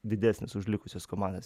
didesnis už likusias komandas